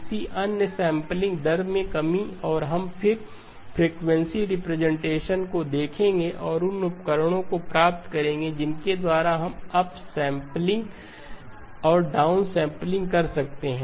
इसी अन्य सैंपलिंग दर में कमी और हम फिर फ्रिकवेंसी रिप्रेजेंटेशन को देखेंगे और उन उपकरणों को प्राप्त करेंगे जिनके द्वारा हम अपसैंपलिंग और डाउनसैंपलिंग कर सकते हैं